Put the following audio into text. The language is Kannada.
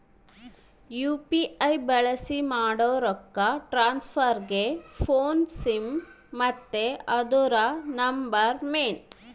ಯು.ಪಿ.ಐ ಬಳ್ಸಿ ಮಾಡೋ ರೊಕ್ಕ ಟ್ರಾನ್ಸ್ಫರ್ಗೆ ಫೋನ್ನ ಸಿಮ್ ಮತ್ತೆ ಅದುರ ನಂಬರ್ ಮೇನ್